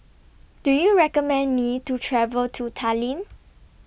Do YOU recommend Me to travel to Tallinn